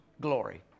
glory